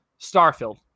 Starfield